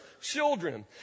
children